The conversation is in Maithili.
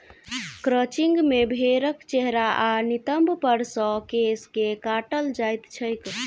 क्रचिंग मे भेंड़क चेहरा आ नितंब पर सॅ केश के काटल जाइत छैक